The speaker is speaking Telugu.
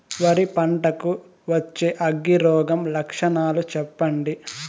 వరి పంట కు వచ్చే అగ్గి రోగం లక్షణాలు చెప్పండి?